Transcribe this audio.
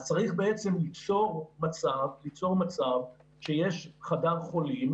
אז צריך ליצור מצב שיש חדר חולים,